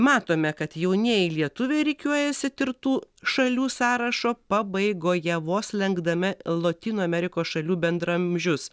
matome kad jaunieji lietuviai rikiuojasi tirtų šalių sąrašo pabaigoje vos lenkdame lotynų amerikos šalių bendraamžius